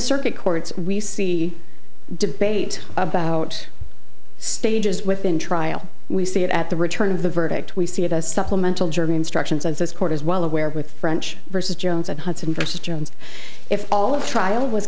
circuit courts we see debate about stages within trial we see it at the return of the verdict we see it as supplemental jury instructions and this court is well aware with french versus jones and hudson versus jones if all of trial was